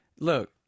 Look